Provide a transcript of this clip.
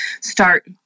start